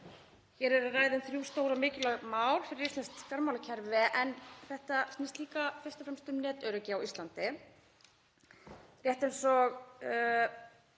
um að ræða þrjú stór og mikilvæg mál fyrir íslenskt fjármálakerfi en þetta snýst líka fyrst og fremst um netöryggi á Íslandi. Rétt eins og